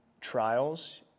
trials